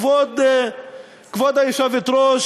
כבוד היושבת-ראש,